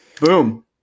Boom